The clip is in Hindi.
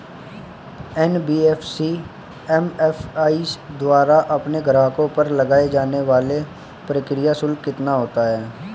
एन.बी.एफ.सी एम.एफ.आई द्वारा अपने ग्राहकों पर लगाए जाने वाला प्रक्रिया शुल्क कितना होता है?